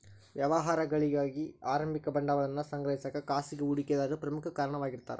ವ್ಯವಹಾರಗಳಿಗಿ ಆರಂಭಿಕ ಬಂಡವಾಳವನ್ನ ಸಂಗ್ರಹಿಸಕ ಖಾಸಗಿ ಹೂಡಿಕೆದಾರರು ಪ್ರಮುಖ ಕಾರಣವಾಗಿರ್ತಾರ